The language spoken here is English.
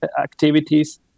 activities